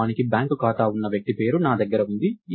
వాస్తవానికి బ్యాంక్ ఖాతా ఉన్న వ్యక్తి పేరు నా దగ్గర ఉంది